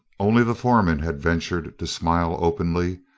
only the foreman had ventured to smile openly.